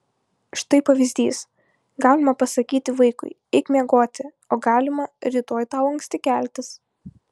štai pavyzdys galima pasakyti vaikui eik miegoti o galima rytoj tau anksti keltis